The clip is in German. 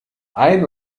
ein